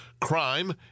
crime